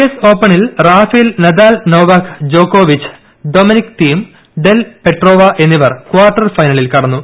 S ഓപ്പണിൽ Rafael Nadal Novak ജോക്കോവിച്ച് Dominic Thiem del Potro എന്നിവർ കാർട്ടർ ഫൈനലിൽ കടന്നു